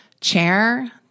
Chair